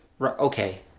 Okay